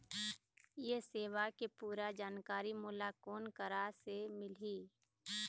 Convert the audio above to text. ये सेवा के पूरा जानकारी मोला कोन करा से मिलही?